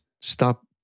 stop